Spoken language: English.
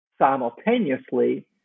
simultaneously